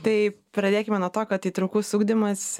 tai pradėkime nuo to kad įtraukus ugdymas